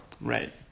Right